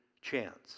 chance